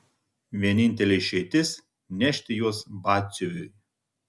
vienintelė išeitis nešti juos batsiuviui